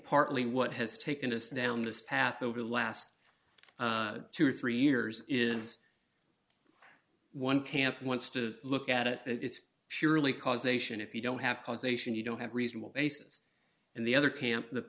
partly what has taken us down this path over the last two or three years is one camp wants to look at it it's surely causation if you don't have causation you don't have a reasonable basis and the other camp t